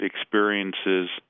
experiences